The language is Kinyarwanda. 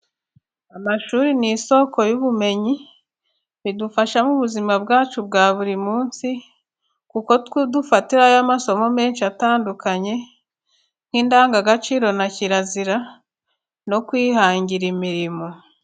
Amashuri ni isoko y'ubumenyi bidufasha mu buzima bwacu bwa buri munsi, kuko dufatirayo amasomo menshi atandukanye nk'indangagaciro na kirazira no kwihangira imirimo.